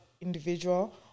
individual